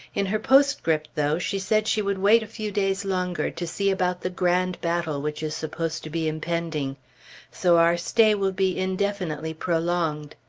in her postscript, though, she said she would wait a few days longer to see about the grand battle which is supposed to be impending so our stay will be indefinitely prolonged.